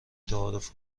تعارف